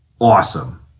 awesome